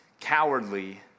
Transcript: cowardly